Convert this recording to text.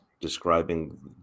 describing